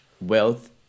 wealth